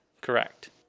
correct